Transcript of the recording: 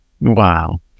Wow